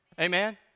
Amen